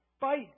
Fight